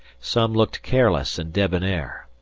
some looked careless and debonair,